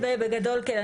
בגדול, כן.